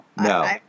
No